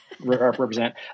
represent